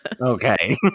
okay